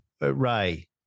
Ray